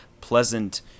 pleasant